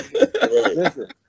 Listen